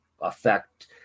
affect